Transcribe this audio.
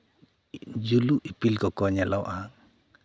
ᱡᱩᱞᱩᱜ ᱤᱯᱤᱞ ᱠᱚᱠᱚ ᱧᱮᱞᱚᱜᱼᱟ